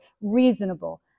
reasonable